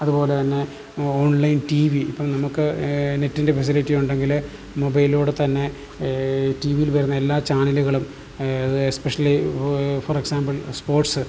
അതുപോലെ തന്നെ online T V ഇപ്പം നമുക്ക് നെറ്റിൻ്റെ ഫെസിലിറ്റിയുണ്ടെങ്കിൽ മൊബൈലൂടെ തന്നെ ടീ വിയിൽ വരുന്ന എല്ലാ ചാനലുകളും എസ്പെഷ്യലി ഫോർ എക്സാമ്പിൾ സ്പോർട്സ്